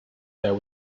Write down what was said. there